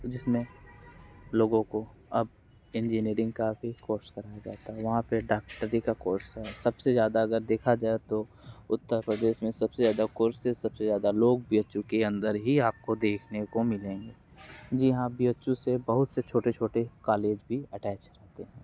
जिसमें लोगों को अब इंजीनियरिंग काफ़ी कोर्स कराया जाता है वहाँ पे डाक्टरी का कोर्स है सबसे ज़्यादा अगर देखा जाए तो उत्तर प्रदेश में सबसे ज़्यादा कोर्स है सबसे ज़्यादा लोग बी एच यू अंदर ही आपको देखने को मिलेंगे जी हाँ बी एच यू से बहुत से छोटे छोटे कालेज भी एटैच रहते हैं